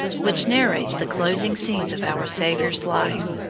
which narrates the closing scenes of our saviour's life.